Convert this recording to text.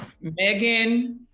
Megan